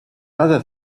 other